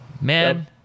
man